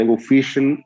official